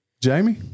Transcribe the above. Jamie